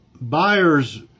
buyers